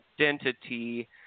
identity